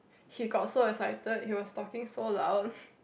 he got so excited he was talking so loud